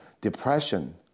depression